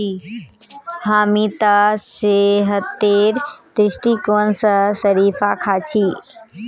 हामी त सेहतेर दृष्टिकोण स शरीफा खा छि